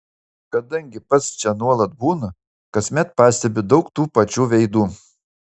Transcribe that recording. kadangi pats čia nuolat būnu kasmet pastebiu daug tų pačių veidų